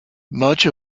much